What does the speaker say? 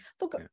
Look